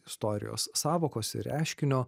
istorijos sąvokos ir reiškinio